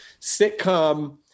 sitcom